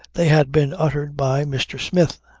they had been uttered by mr. smith.